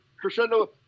crescendo